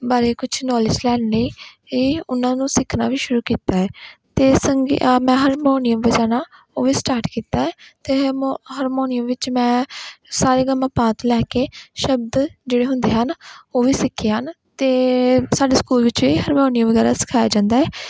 ਬਾਰੇ ਕੁਝ ਨੋਲੇਜ ਲੈਣ ਲਈ ਇਹ ਉਹਨਾਂ ਨੂੰ ਸਿੱਖਣਾ ਵੀ ਸ਼ੁਰੂ ਕੀਤਾ ਹੈ ਅਤੇ ਸੰਗੀ ਮੈਂ ਹਰਮੋਨੀਅਮ ਵਜਾਉਣਾ ਉਹ ਵੀ ਸਟਾਰਟ ਕੀਤਾ ਅਤੇ ਹਰਮੋ ਹਾਰਮੋਨੀਅਮ ਵਿੱਚ ਮੈਂ ਸਾ ਰੇ ਗਾ ਮਾ ਪਾ ਤੋਂ ਲੈ ਕੇ ਸ਼ਬਦ ਜਿਹੜੇ ਹੁੰਦੇ ਹਨ ਉਹ ਵੀ ਸਿੱਖੇ ਹਨ ਅਤੇ ਸਾਡੇ ਸਕੂਲ ਵਿੱਚ ਵੀ ਹਰਮੋਨੀਅਮ ਵਗੈਰਾ ਸਿਖਾਇਆ ਜਾਂਦਾ ਹੈ